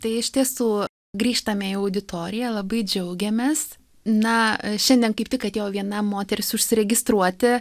tai iš tiesų grįžtame į auditoriją labai džiaugiamės na šiandien kaip tik atėjo viena moteris užsiregistruoti